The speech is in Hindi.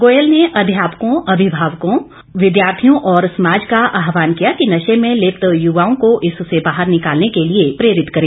गोयल ने अध्यापकों अभिभावकों विद्यार्थियों और समाज का आहवान किया कि नशे में लिप्त युवाओं को इससे बाहर निकालने के लिए प्रेरित करें